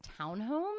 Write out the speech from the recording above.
townhome